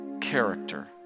character